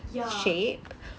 ya